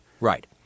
right